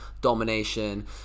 domination